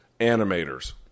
animators